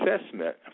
assessment